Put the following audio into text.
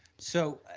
so,